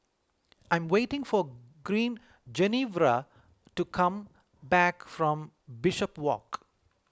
I am waiting for green Genevra to come back from Bishopswalk